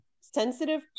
sensitive